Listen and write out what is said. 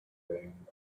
being